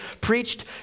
preached